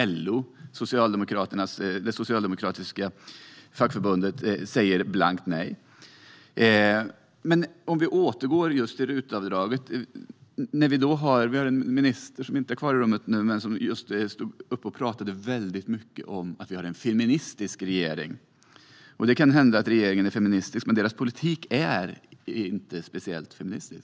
LO, det socialdemokratiska fackförbundet, säger blankt nej. Låt oss återgå till RUT-avdraget. Vi har en minister som inte är kvar här i rummet men som just stod här och talade väldigt mycket om att vi har en feministisk regering. Det kan hända att regeringen är feministisk, men deras politik är inte speciellt feministisk.